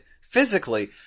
physically